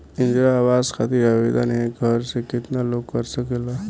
इंद्रा आवास खातिर आवेदन एक घर से केतना लोग कर सकेला?